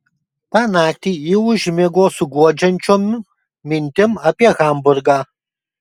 tą naktį ji užmigo su guodžiančiom mintim apie hamburgą